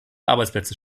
arbeitsplätze